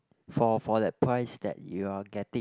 for for that price that you are getting